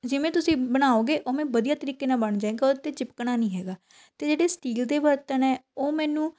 ਜਿਵੇਂ ਤੁਸੀਂ ਬਣਾਓਗੇ ਉਵੇਂ ਵਧੀਆ ਤਰੀਕੇ ਨਾਲ ਬਣ ਜਾਵੇਗਾ ਉਹਦੇ 'ਤੇ ਚਿਪਕਣਾ ਨਹੀਂ ਹੈਗਾ ਅਤੇ ਜਿਹੜੇ ਸਟੀਲ ਦੇ ਬਰਤਨ ਹੈ ਉਹ ਮੈਨੂੰ